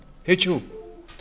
ہیٚچھِو